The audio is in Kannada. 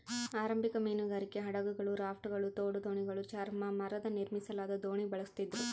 ಆರಂಭಿಕ ಮೀನುಗಾರಿಕೆ ಹಡಗುಗಳು ರಾಫ್ಟ್ಗಳು ತೋಡು ದೋಣಿಗಳು ಚರ್ಮ ಮರದ ನಿರ್ಮಿಸಲಾದ ದೋಣಿ ಬಳಸ್ತಿದ್ರು